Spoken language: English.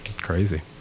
Crazy